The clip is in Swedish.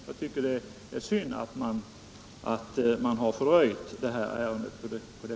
Jag tycker det är synd att man på detta sätt har fördröjt detta ärende.